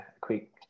quick